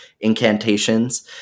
incantations